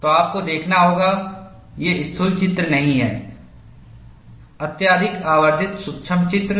तो आपको देखना होगा ये स्थूल चित्र नहीं हैं अत्यधिक आवर्धित सूक्ष्म चित्र